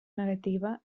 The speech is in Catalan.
negativa